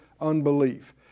unbelief